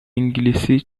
انگلیسی